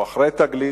או אחרי תגלית,